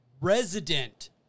resident